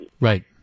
Right